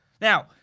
Now